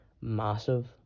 massive